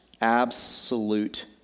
absolute